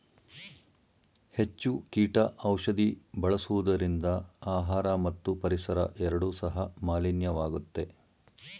ಹೆಚ್ಚು ಕೀಟ ಔಷಧಿ ಬಳಸುವುದರಿಂದ ಆಹಾರ ಮತ್ತು ಪರಿಸರ ಎರಡು ಸಹ ಮಾಲಿನ್ಯವಾಗುತ್ತೆ